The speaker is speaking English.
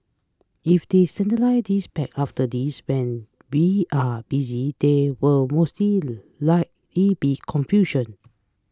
if they standardise this packs after this when we are busy there will most likely be confusion